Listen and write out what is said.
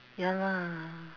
ya lah